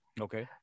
Okay